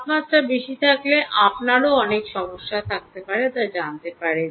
তাপমাত্রা বেশি থাকলে আপনারও অনেক সমস্যা থাকতে পারে তা জানতে পারে